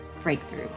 breakthrough